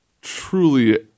truly